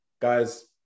guys